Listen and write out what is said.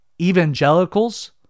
evangelicals